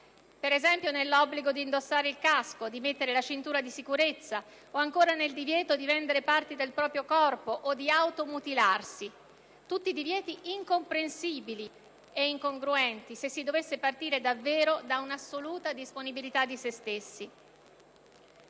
Per esempio, nell'obbligo di indossare il casco, mettere la cintura di sicurezza o ancora nel divieto di vendere parti del proprio corpo o di automutilarsi. Tutti divieti incomprensibili e incongruenti se si dovesse partire davvero da una assoluta disponibilità di sé stessi.